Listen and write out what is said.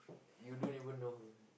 you don't even know her